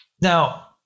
Now